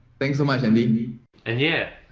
thanks so much and meet me and yeah,